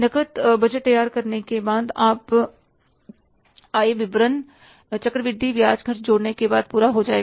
नकद बजट तैयार होने के बाद आय विवरण चक्रवृद्धि व्याज खर्च जोड़ने के बाद पूरा हो जाएगा